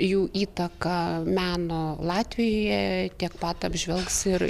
jų įtaka meno latvijoje tiek pat apžvelgs ir